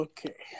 Okay